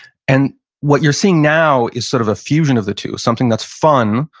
and what you're seeing now is sort of a fusion of the two. something that's fun,